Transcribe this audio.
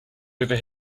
over